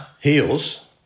Heels